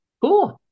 Cool